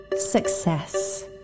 success